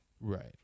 right